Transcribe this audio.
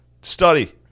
study